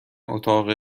اتاق